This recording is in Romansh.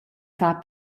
far